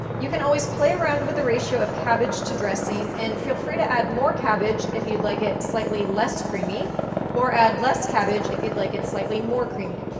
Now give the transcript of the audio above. you can always play around with the ratio of cabbage to dressing and feel free to add more cabbage if you'd like it slightly less creamy or add less cabbage if you'd like it slightly more creamy.